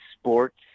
sports